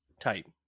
type